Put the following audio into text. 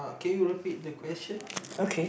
can you repeat the question